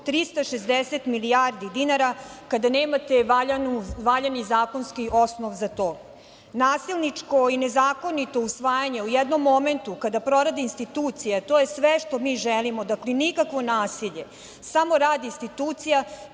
360 milijardi dinara, kada nemate valjani zakonski osnov za to? Nasilničko i nezakonito usvajanje u jednom momentu kada prorade institucije, a to je sve što mi želimo. Dakle, nikakvo nasilje, samo rad institucija,